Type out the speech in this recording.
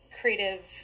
creative